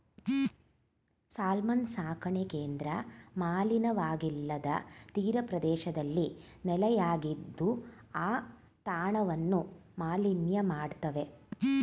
salmon ಸಾಕಣೆ ಕೇಂದ್ರ ಮಲಿನವಾಗಿಲ್ಲದ ತೀರಪ್ರದೇಶದಲ್ಲಿ ನೆಲೆಯಾಗಿದ್ದು ಆ ತಾಣವನ್ನು ಮಾಲಿನ್ಯ ಮಾಡ್ತವೆ